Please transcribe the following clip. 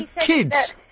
kids